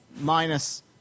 minus